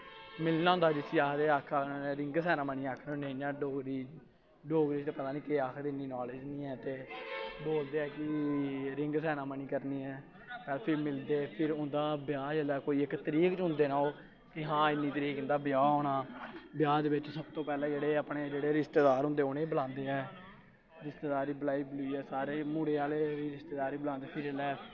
मिलना होंदा जिसी आखदे आक्खा अस रिंग सैरामनी आखने होन्ने इ'यां डोगरी डोगरी च ते पता नी केह् आखदे इन्नी नालेज निं ऐ ते बोलदे ऐ कि रिंग सैरामनी करनी ऐ ते फिर मिलदे फिर उंदा ब्याह् जेल्लै कोई इक तरीक चुनदे न ओह् कि हां इन्नी तरीक इं'दा ब्याह् होना ब्याह् दे बिच्च सबतों पैह्ले जेह्ड़े अपने जेह्ड़े रिश्तेदार होंदे ऐ उ'नें बलांदे ऐ रिश्तेदारें बलाई बलुईयै सारे मुड़े आह्ले रिश्तेदार बी बलांदे फिर जिसलै